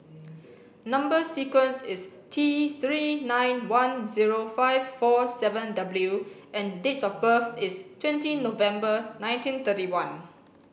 number sequence is T three nine one zero five four seven W and date of birth is twenty November nineteen thirty one